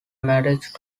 marriage